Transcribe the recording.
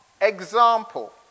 Example